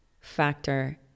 factor